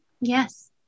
Yes